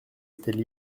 étaient